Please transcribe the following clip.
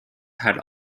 had